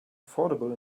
affordable